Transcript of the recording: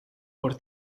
por